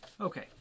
Okay